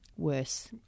worse